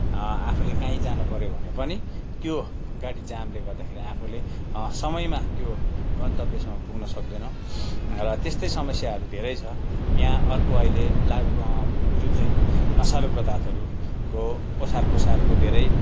आफूले कहीँ जान पऱ्यो भने पनि त्यो गाडी जामले गर्दाखेरि आफूले समयमा त्यो गन्तव्यसम्म पुग्न सक्दैनौँ र त्यस्तै समस्याहरू धेरै छ यहाँ अर्को अहिले लागू जुन चाहिँ नशालु पदार्थहरूको ओसार पसारको धेरै